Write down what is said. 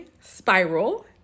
spiral